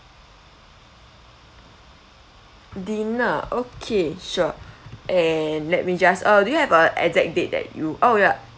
dinner okay sure and let me just uh do you have a exact date that you oh ya